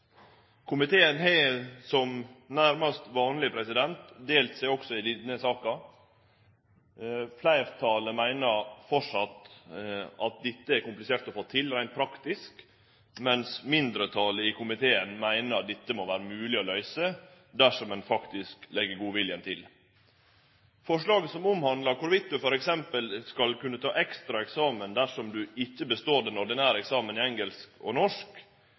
Komiteen har, nærast som vanleg, delt seg også i denne saka. Fleirtalet meiner framleis at dette er komplisert å få til reint praktisk, mens mindretalet i komiteen meiner dette må vere mogleg å løyse dersom ein faktisk legg godviljen til. Forslaget som omhandlar i kva grad ein f.eks. skal kunne ta ekstra eksamen dersom ein ikkje består den ordinære eksamen i engelsk og norsk,